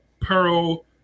pearl